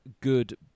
good